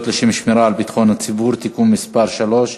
לשם שמירה על ביטחון הציבור (תיקון מס' 3)